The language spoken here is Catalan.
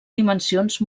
dimensions